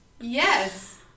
yes